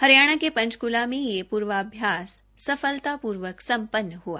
हरियाणा के पंचकूलाप में यह पूर्वाभ्यास सफलतापूर्वक संपन्न हुआ